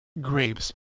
grapes